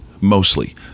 Mostly